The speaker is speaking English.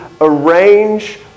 arrange